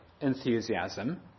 enthusiasm